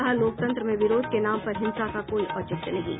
कहा लोकतंत्र में विरोध के नाम पर हिंसा का कोई औचित्य नहीं है